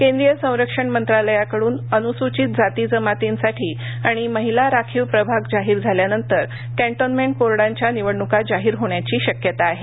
केंद्रीय संरक्षण मंत्रालयाकडून अनुसूचितजाती जमातींसाठी आणि महिला राखीव प्रभाग जाहीर झाल्यानंतर क्न्ट्रोन्मेंटबोर्डांच्या निवडणुका जाहीर होण्याची शक्यता आहे